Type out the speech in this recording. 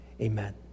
Amen